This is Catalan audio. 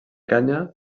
kenya